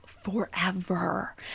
forever